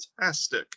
fantastic